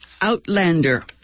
Outlander